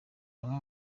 bamwe